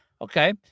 Okay